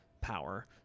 Power